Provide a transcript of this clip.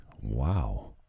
wow